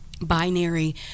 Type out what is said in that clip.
Binary